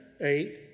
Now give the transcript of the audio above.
eight